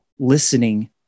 Listening